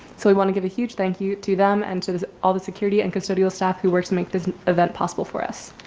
so we wanna give a huge thank you to them and to the all the security and custodial staff who worked to make this event possible for us.